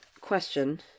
question